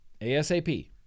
ASAP